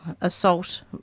assault